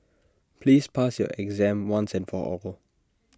please pass your exam once and for all